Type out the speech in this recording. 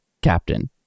captain